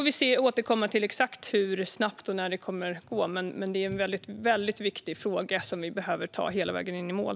Vi får återkomma till exakt hur snabbt det kan ske, men det är en väldigt viktig fråga som vi behöver ta hela vägen in i mål.